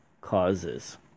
causes